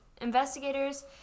Investigators